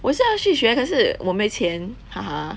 我也是要去学可是我没钱 haha